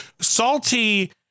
Salty